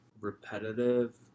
repetitive